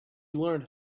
learned